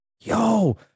yo